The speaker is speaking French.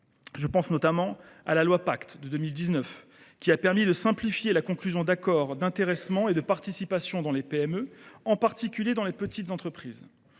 Je pense notamment à la loi Pacte de 2019, qui a permis de simplifier la conclusion d’accords d’intéressement et de participation dans les PME, en particulier dans les petites entreprises.